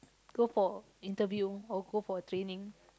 go for interview or go for training